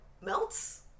melts